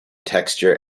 texture